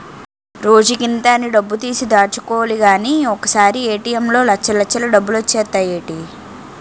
రోజుకింత అని డబ్బుతీసి దాచుకోలిగానీ ఒకసారీ ఏ.టి.ఎం లో లచ్చల్లచ్చలు డబ్బులొచ్చేత్తాయ్ ఏటీ?